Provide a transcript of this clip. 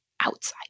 outside